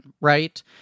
right